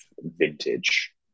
vintage